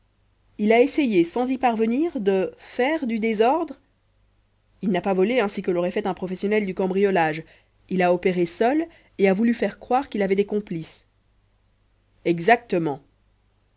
il a essayé sans y parvenir de faire du désordre il n'a pas volé ainsi que l'aurait fait un professionnel du cambriolage il a opéré seul et a voulu faire croire qu'il avait des complices exactement